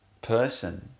person